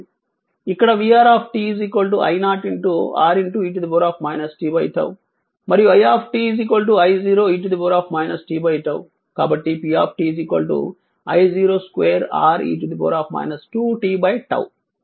ఇక్కడ vR I0R e t 𝝉 మరియు i I0 e t 𝝉 కాబట్టి p I0 2 R e 2 t 𝝉